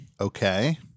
Okay